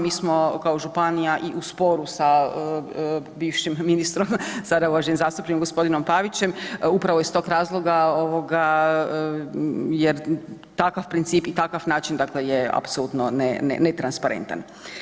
Mi smo kao županija i u sporu sa bivšim ministrom, sada uvaženim zastupnik gospodinom Pavićem, upravo iz tog razloga jer takav princip i takav način je apsolutno netransparentan.